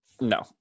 No